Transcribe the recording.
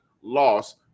loss